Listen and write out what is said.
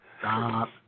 Stop